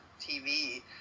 TV